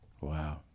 Wow